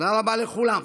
תודה רבה לכולם.